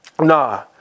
Nah